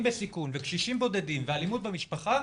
בסיכון וקשישים בודדים ואלימות במשפחה,